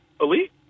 elite